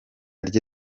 rye